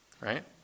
Right